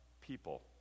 people